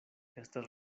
estas